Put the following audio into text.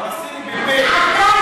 איפה הם?